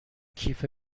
کیف